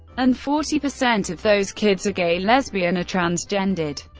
and forty percent of those kids are gay, lesbian, or transgendered.